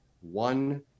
one